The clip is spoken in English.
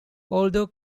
although